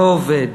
לא עובד,